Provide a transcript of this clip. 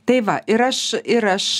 tai va ir aš ir aš